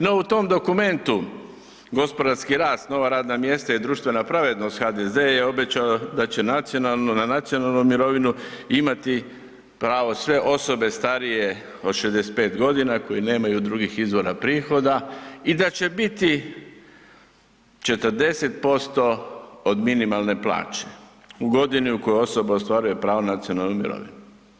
No u tom dokumentu gospodarski rast, nova radna mjesta i društvena pravednost HDZ je obećao da će na nacionalnu mirovinu imati pravo sve osobe starije od 65 godina koji nemaju drugih izvora prihoda i da će biti 40% od minimalne plaće u godini u kojoj osoba ostvaruje pravo na nacionalnu mirovinu.